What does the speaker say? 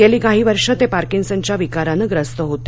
गेली काही वर्षं ते पार्किसनच्या विकारानं ग्रस्त होते